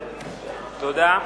תודה.